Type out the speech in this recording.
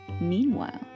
Meanwhile